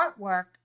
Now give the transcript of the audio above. artwork